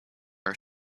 are